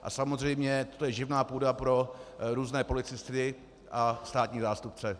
A samozřejmě to je živná půda pro různé policisty a státní zástupce.